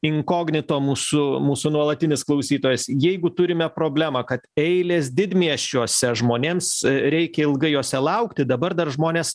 inkognito mūsų mūsų nuolatinis klausytojas jeigu turime problemą kad eilės didmiesčiuose žmonėms reikia ilgai jose laukti dabar dar žmones